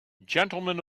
gentlemen